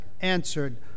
answered